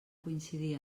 coincidir